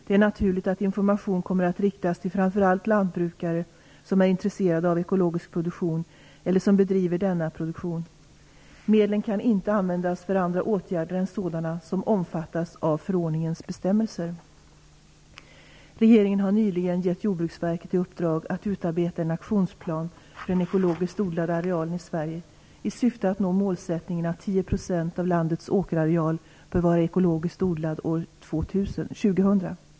Det är naturligt att information kommer att riktas till framför allt lantbrukare som är intresserade av ekologisk produktion eller som bedriver denna produktion. Medlen kan inte användas för andra åtgärder än sådana som omfattas av förordningens bestämmelser. Regeringen har nyligen gett Jordbruksverket i uppdrag att utarbeta en aktionsplan för den ekologiskt odlade arealen i Sverige i syfte att nå målsättningen att 10 % av landets åkerareal bör vara ekologiskt odlad år 2000.